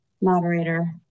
Moderator